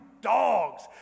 dogs